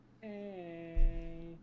Hey